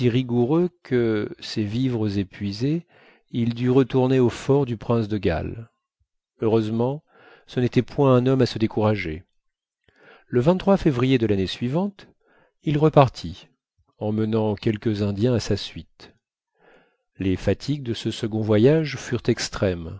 rigoureux que ses vivres épuisés il dut retourner au fort du prince de galles heureusement ce n'était point un homme à se décourager le février de l'année suivante il repartit emmenant quelques indiens à sa suite les fatigues de ce second voyage furent extrêmes